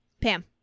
Pam